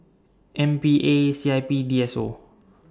M P A C I P D S O